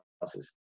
houses